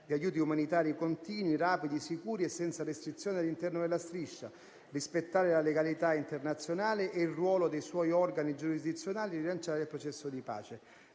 di aiuti umanitari continui, rapidi, sicuri e senza restrizioni all'interno della Striscia, rispettare la legalità internazionale e il ruolo dei suoi organi giurisdizionali, rilanciare il processo di pace".